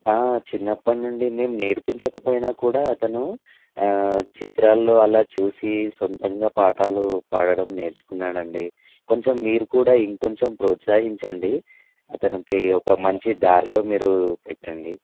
చిన్నప్పటి నుండి మేము నేర్పించకపోయినా కూడా అతను చిత్రాల్లో అలా చూసి సొంతంగా పాటాలు పాడటం నేర్చుకున్నాడు అండి కొంచెం మీరు కూడా ఇంకా కొంచెం ప్రోత్సహించండి అతనికి ఒక మంచి దారిలో మీరు పెట్టండి